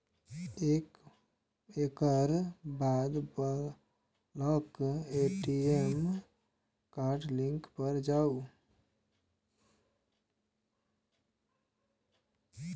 एकर बाद block ATM card link पर जाउ